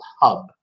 hub